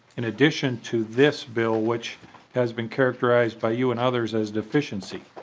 in addition to this bill which has been characterized by you and others as deficiency.